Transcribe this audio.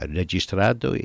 registrato